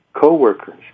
Co-workers